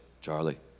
Charlie